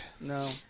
No